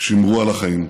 שמרו על החיים.